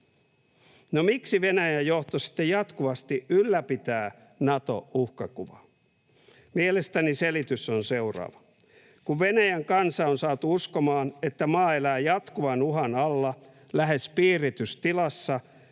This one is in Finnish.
No, miksi Venäjän johto sitten jatkuvasti ylläpitää Nato-uhkakuvaa? Mielestäni selitys on seuraava: kun Venäjän kansa on saatu uskomaan, että maa elää jatkuvan uhan alla, lähes piiritystilassa,